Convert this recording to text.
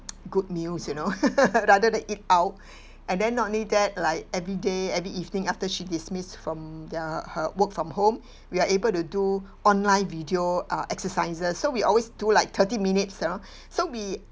good meals you know rather than eat out and then not only that like everyday every evening after she dismissed from the her work from home we are able to do online video uh exercises so we always do like thirty minutes you know so we